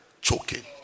choking